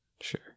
sure